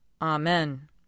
Amen